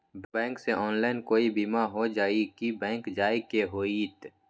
Bank से online कोई बिमा हो जाई कि बैंक जाए के होई त?